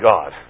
God